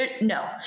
no